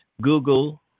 Google